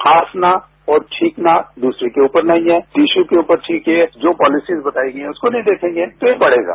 खांसना और छींकना दूसरे के ऊपर नहीं है टीशू के ऊपर छींकिए जो पोलिसिज बताई गई हैं उसको नहीं देखेंगे तो ये बढ़ेगा